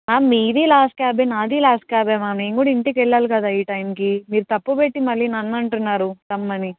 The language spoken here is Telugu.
మ్యామ్ మీదీ లాస్ట్ క్యాబ్ నాదీ లాస్ట్ క్యాబ్ మ్యామ్ నేను కూడా ఇంటికి వెళ్ళాలి కదా ఈ టైంకి మీరు తప్పు పెట్టి మళ్ళీ నన్ను అంటున్నారు రమ్మని